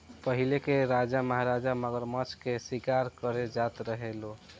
पहिले के राजा महाराजा मगरमच्छ के शिकार करे जात रहे लो